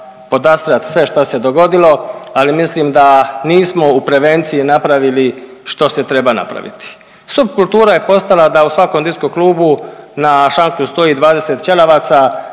podastrat sve što se dogodilo, ali mislim da nismo u prevenciji napravili što se treba napraviti. Supkultura je postala da u svakom diskoklubu na šanku stoji 20 ćelavaca